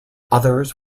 others